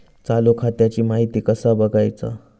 चालू खात्याची माहिती कसा बगायचा?